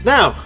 Now